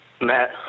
Matt